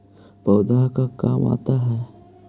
पौधे का काम आता है?